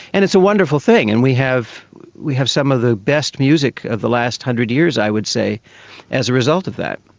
and it's a wonderful thing, and we have we have some of the best music of the last one hundred years i would say as a result of that.